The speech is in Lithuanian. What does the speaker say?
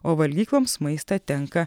o valgykloms maistą tenka